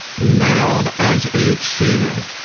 nailed as a cheater.